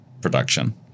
production